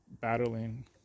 battling